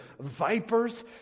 vipers